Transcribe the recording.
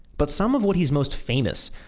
but some of what he's most famous,